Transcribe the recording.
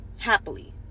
Happily